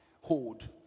hold